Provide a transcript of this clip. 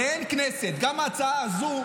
הרי אין כנסת, גם ההצעה הזאת,